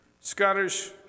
Scottish